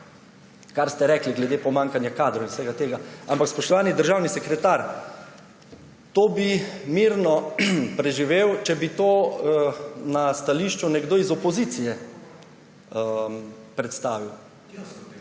kar ste rekli glede pomanjkanja kadrov in vsega tega, ampak spoštovani državni sekretar, to bi mirno preživel, če bi to na stališču nekdo iz opozicije predstavil …/ oglašanje